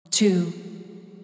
Two